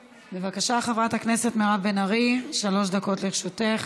בבקשה, חברת הכנסת מירב בן ארי, שלוש דקות לרשותך.